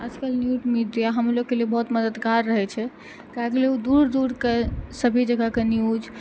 आजकल news media हमलोग के लिए बहुत मददगार रहै छै काहेके लिए ओ दूर दूर के सभी जगह के न्यूज़